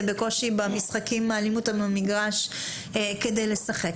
בקושי במשחקים מעלים אותם למגרש כדי לשחק.